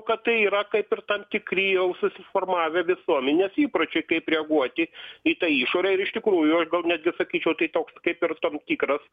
kad tai yra kaip ir tam tikri jau susiformavę visuomenės įpročiai kaip reaguoti į tą išorę ir iš tikrųjų aš gal netgi sakyčiau tai toks kaip ir tam tikras